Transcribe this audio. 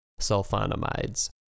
Sulfonamides